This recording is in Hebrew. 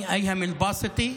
תלמיד בן 14, אייהם אלבאסטי,